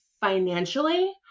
financially